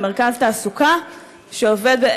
למרכז תעסוקה שעובד,